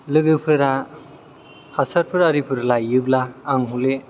लोगोफोरा हासारफोर आरिफोर लायोब्ला आं हले